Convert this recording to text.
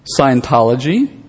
Scientology